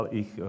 ich